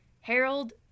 Harold